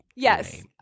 Yes